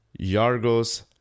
Yargos